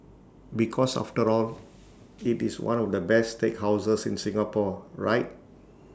because after all IT is one of the best steakhouses in Singapore right